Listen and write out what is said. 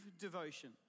devotion